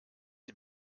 die